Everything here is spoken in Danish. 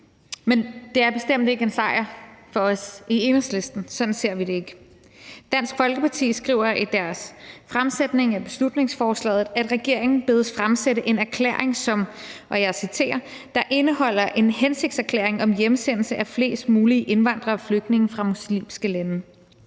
men det er bestemt ikke en sejr for os i Enhedslisten. Sådan ser vi det ikke. Dansk Folkeparti skriver i deres fremsættelse af beslutningsforslaget, at regeringen bedes fremsætte en erklæring – og jeg citerer – »indeholdende en hensigtserklæring om hjemsendelse af flest mulige indvandrere og flygtninge fra muslimske lande«.